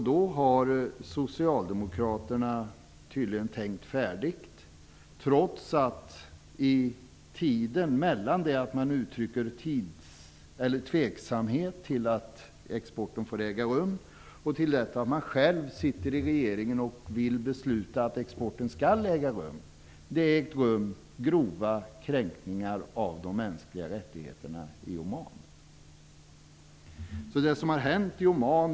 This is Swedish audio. Då hade socialdemokraterna tydligen tänkt färdigt. Grova kränkningar av de mänskliga rättigheterna har skett i Oman i tiden mellan det att socialdemokraterna uttryckte tveksamhet till exporten och det att de själva satt i regeringsställning och ville besluta att exporten skall äga rum.